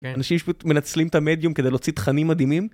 אנשים שמנצלים את המדיום כדי להוציא תכנים מדהימים.